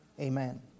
Amen